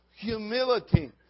humility